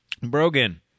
Brogan